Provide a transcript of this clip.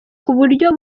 buryo